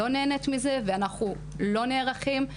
לא נהנית מזה ואנחנו לא נערכים,